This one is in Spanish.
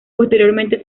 posteriormente